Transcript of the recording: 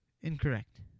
Incorrect